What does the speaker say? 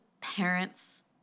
parents